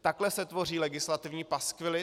Takhle se tvoří legislativní paskvily.